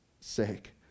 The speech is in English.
sake